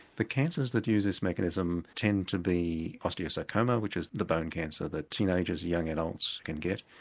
the cancers that use this mechanism tend to be osteosarcoma which is the bone cancer that teenagers, young adults can get.